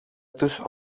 τους